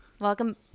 welcome